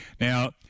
Now